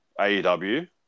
AEW